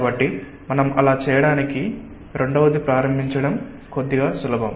కాబట్టి మనం అలా చేయడానికి రెండవది ప్రారంభించడం కొద్దిగా సులభం